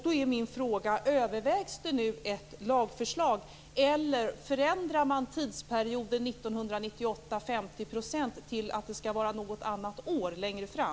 Då är min fråga: Övervägs det nu ett lagförslag, eller förändrar man tidsperioden så att 50-procentsmålet skall uppnås något annat år längre fram?